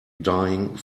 dying